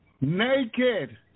Naked